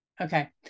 Okay